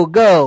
go